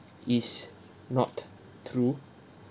is not true